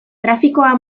trafikoa